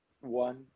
one